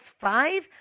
five